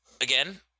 again